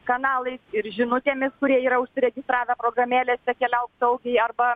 kanalais ir žinutėmis kurie yra užsiregistravę programėlėse keliauk saugiai arba